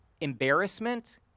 embarrassment